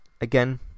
again